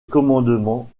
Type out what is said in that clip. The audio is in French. commandement